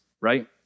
right